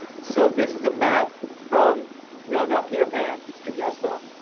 so this is a map from know now, peter pan. it's good guess though.